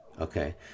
Okay